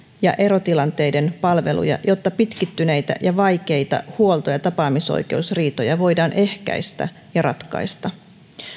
ja erotilanteiden palveluja jotta pitkittyneitä ja vaikeita huolto ja tapaamisoikeusriitoja voidaan ehkäistä ja ratkaista